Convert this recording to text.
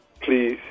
Please